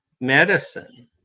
medicine